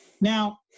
Now